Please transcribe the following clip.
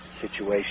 situation